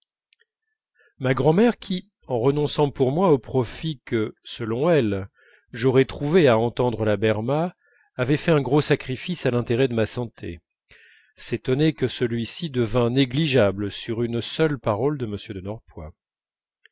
ma grand'mère qui en renonçant pour moi au profit que selon elle j'aurais trouvé à entendre la berma avait fait un gros sacrifice à l'intérêt de ma santé s'étonnait que celui-ci devînt négligeable sur une seule parole de